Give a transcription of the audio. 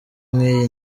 nk’iyi